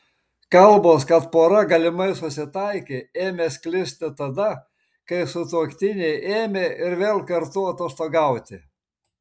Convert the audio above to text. kalbos kad pora galimai susitaikė ėmė sklisti tada kai sutuoktiniai ėmė ir vėl kartu atostogauti